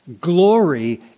Glory